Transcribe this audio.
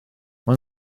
mae